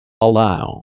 Allow